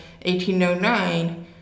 1809